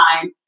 time